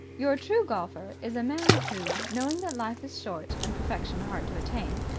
your true golfer is a man who, knowing that life is short and perfection hard to attain,